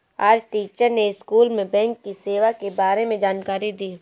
आज टीचर ने स्कूल में बैंक की सेवा के बारे में जानकारी दी